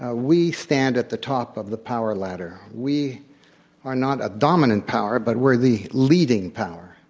ah we stand at the top of the power ladder. we are not a dominant power but we're the leading power.